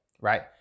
right